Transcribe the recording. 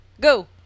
Go